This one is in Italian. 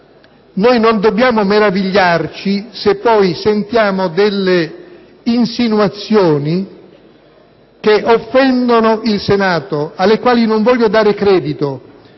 Non dobbiamo meravigliarci se poi sentiamo delle insinuazioni che offendono il Senato, alle quali non voglio dare credito.